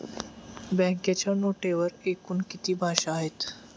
बँकेच्या नोटेवर एकूण किती भाषा आहेत?